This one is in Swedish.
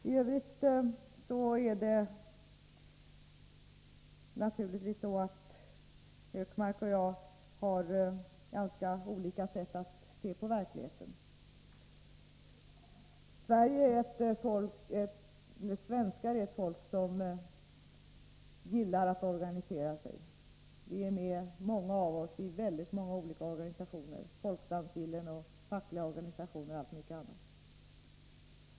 I övrigt är det naturligvis så att Hökmark och jag har ganska olika sätt att se på verkligheten. Svenskarna är ett folk som gillar att organisera sig. Många av oss är med i många olika organisationer — folkdansgillen, fackliga organisationer och mycket annat.